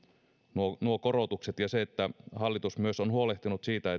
nuo nuo korotukset hallitus on huolehtinut myös siitä